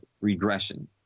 Regression